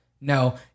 No